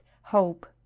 hope